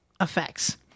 effects